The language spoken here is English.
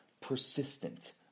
persistent